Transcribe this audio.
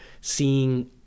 seeing